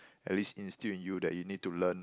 at least instill in you that you need to learn